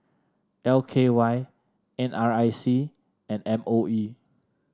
L K Y N R I C and M O E